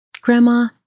Grandma